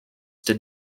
did